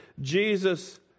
Jesus